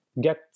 Get